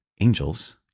angels